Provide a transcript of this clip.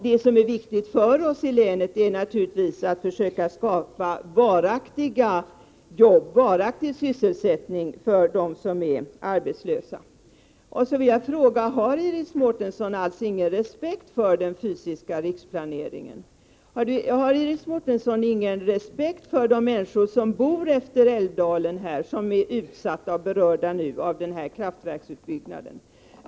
Det som är viktigt för oss i länet är naturligtvis att försöka skapa varaktig sysselsättning för dem som är arbetslösa. Jag vill fråga: Har Iris Mårtensson ingen respekt alls för den fysiska riksplaneringen? Har Iris Mårtensson ingen respekt för de människor som bor utefter älvdalen som är utsatta och berörda av denna kraftverksutbyggnad?